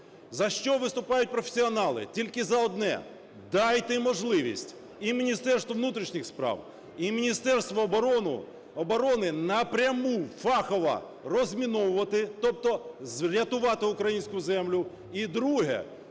За що виступають професіонали? Тільки за одне – дайте можливість і Міністерству внутрішніх справ, і Міністерству оборони напрямку фахово розміновувати, тобто рятувати українську землю. І друге.